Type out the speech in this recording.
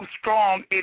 strong